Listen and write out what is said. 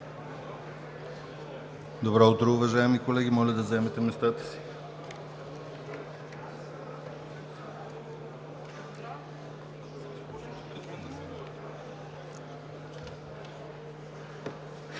Добро утро, уважаеми колеги! Моля да заемете местата си.